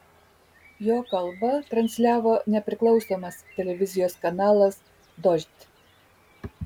jo kalbą transliavo nepriklausomas televizijos kanalas dožd